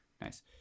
nice